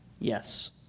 yes